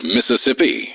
Mississippi